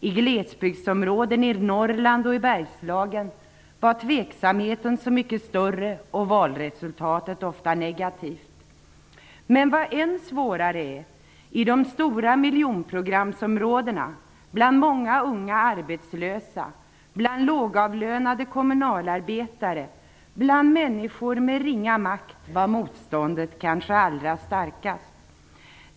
I glesbygdsområden, i Norrland och i Bergslagen, var tveksamheten så mycket större och valresultatet ofta negativt. Men vad som är än svårare är att motståndet kanske var allra starkast i de stora miljonprogramsområdena, bland många unga arbetslösa, bland lågavlönade kommunalarbetare, bland människor med ringa makt.